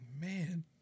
man